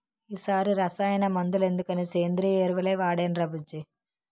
ఈ సారి రసాయన మందులెందుకని సేంద్రియ ఎరువులే వాడేనురా బుజ్జీ